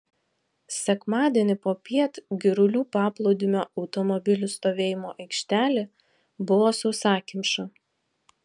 sekmadienį popiet girulių paplūdimio automobilių stovėjimo aikštelė buvo sausakimša